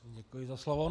Děkuji za slovo.